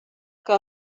que